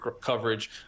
coverage